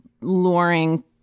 luring